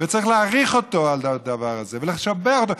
וצריך להעריך אותו על הדבר הזה ולשבח אותו.